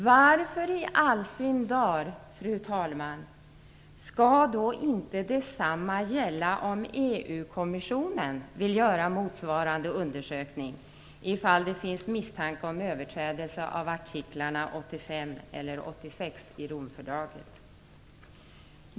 Varför i all sin dar, fru talman, skall då inte det samma gälla om EU-kommissionen vill göra motsvarande undersökning om det finns misstanke av överträdelse av artiklarna 85 eller 86 i Romfördraget.